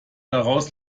daraus